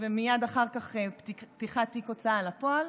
ומייד אחר כך פתיחת תיק הוצאה לפועל,